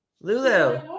Lulu